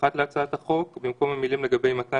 קוד המקור,